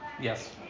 Yes